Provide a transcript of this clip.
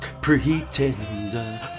Pretender